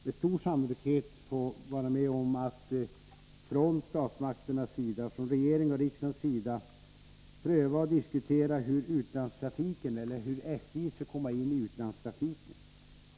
Med stor sannolikhet kommer vi från statsmakternas, regeringens och riksdagens, sida också att få vara med om att pröva och diskutera hur SJ skall komma in i utlandstrafiken.